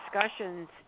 discussions